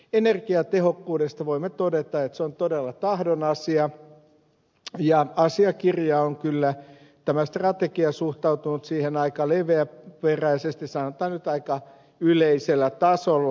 energiatehokkuudesta voimme todeta että se on todella tahdon asia ja asiakirja tämä strategia on kyllä suhtautunut siihen aika leväperäisesti sanotaan nyt aika yleisellä tasolla